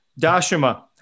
Dashima